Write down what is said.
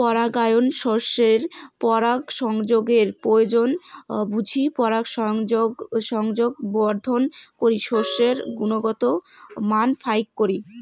পরাগায়ন শস্যের পরাগসংযোগের প্রয়োজন বুঝি পরাগসংযোগ বর্ধন করি শস্যের গুণগত মান ফাইক করি